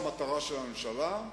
המעשה במחשבה תחילה של הממשלה,